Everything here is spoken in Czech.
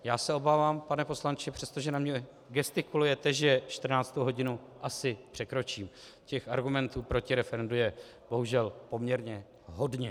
Já se obávám, pane poslanče, přestože na mě gestikulujete, že 14. hodinu asi překročím, těch argumentů proti referendu je bohužel poměrně hodně.